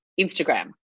instagram